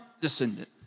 descendant